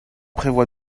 prévoit